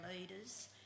leaders